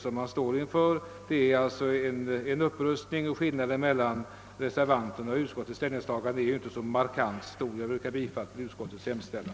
Således är det fråga om en upprustning, och skillnaden mellan reservanternas och utskottsmajoritetens ställningstagande är ju inte så markant. Herr talman! Jag ber att få yrka bifall till utskottets hemställan.